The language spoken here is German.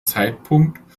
zeitpunkt